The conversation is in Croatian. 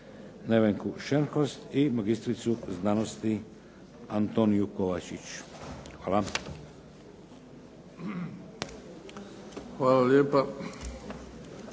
Nevenku Šernhorst i magistricu znanosti Antoniju Kovačić. Hvala. **Bebić,